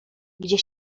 gdzie